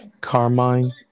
Carmine